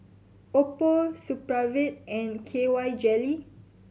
Oppo Supravit and K Y Jelly